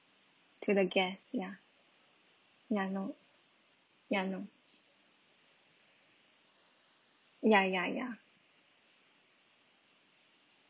to the guests ya ya no ya no ya ya ya